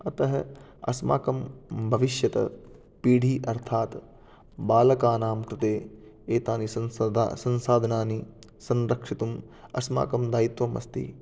अतः अस्माकं भविष्यत् पीढि अर्थात् बालकानां कृते एतानि संसदा संसाधनानि संरक्षितुम् अस्माकं दायित्वमस्ति